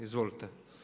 Izvolite.